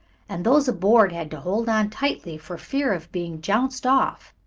and those aboard had to hold on tightly for fear of being jounced off.